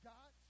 God